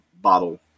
bottle